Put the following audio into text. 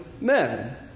men